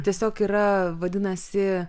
tiesiog yra vadinasi